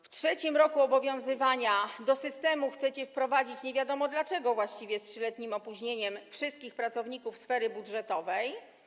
W trzecim roku obowiązywania do systemu chcecie wprowadzić, właściwie nie wiadomo dlaczego z 3-letnim opóźnieniem, wszystkich pracowników sfery budżetowej.